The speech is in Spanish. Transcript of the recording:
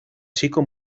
chico